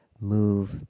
move